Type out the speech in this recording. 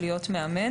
של להיות מאמן.